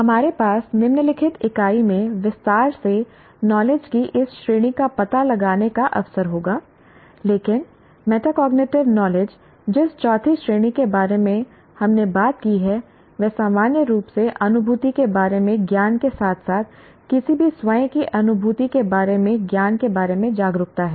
हमारे पास निम्नलिखित इकाई में विस्तार से नॉलेज की इस श्रेणी का पता लगाने का अवसर होगा लेकिन मेटाकोग्निटिव नॉलेज जिस चौथी श्रेणी के बारे में हमने बात की है वह सामान्य रूप से अनुभूति के बारे में ज्ञान के साथ साथ किसी के स्वयं के अनुभूति के बारे में ज्ञान के बारे में जागरूकता है